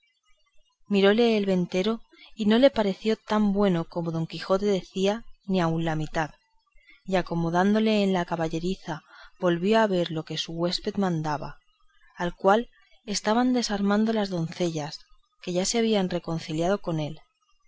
miróle el ventero y no le pareció tan bueno como don quijote decía ni aun la mitad y acomodándole en la caballeriza volvió a ver lo que su huésped mandaba al cual estaban desarmando las doncellas que ya se habían reconciliado con él